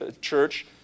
church